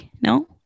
no